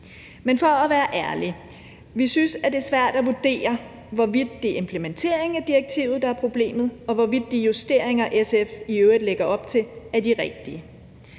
Men for at være ærlig synes vi, at det er svært at vurdere, hvorvidt det er implementeringen af direktivet, der er problemet, og hvorvidt de justeringer, SF i øvrigt lægger op til, er de rigtige.